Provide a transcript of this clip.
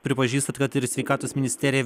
pripažįstat kad ir sveikatos ministerija